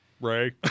Ray